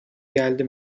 geldi